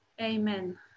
Amen